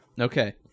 Okay